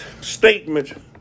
statement